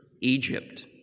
Egypt